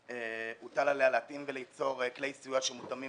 הוטל עליה להתאים וליצור כלי סיוע שמותאמים